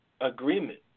agreement